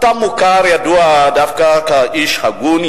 אתה מוכר וידוע דווקא כאיש הגון,